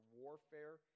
warfare